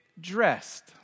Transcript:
dressed